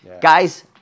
Guys